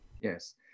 Yes